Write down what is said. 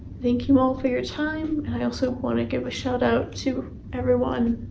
thank you all for your time. i also want to give a shout out to everyone,